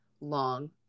long